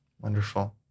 Wonderful